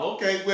Okay